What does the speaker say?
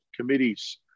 committees